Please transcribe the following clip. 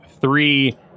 three